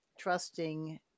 Trusting